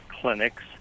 clinics